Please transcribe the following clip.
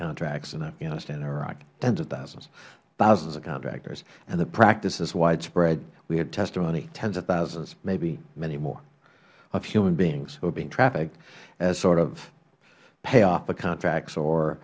contracts in afghanistan and iraq tens of thousands thousands of contractors and the practice is widespread we heard testimony tens of thousands maybe many more of human beings who are being trafficked as sort of payoff the contracts or